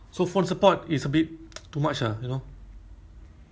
they call you at late night and do the work or something